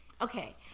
Okay